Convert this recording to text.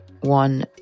one